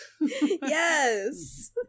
Yes